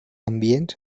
ambients